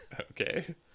Okay